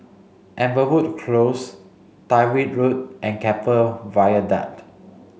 Amberwood Close Tyrwhitt Road and Keppel Viaduct